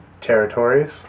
territories